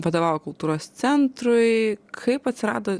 vadovavo kultūros centrui kaip atsirado